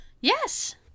Yes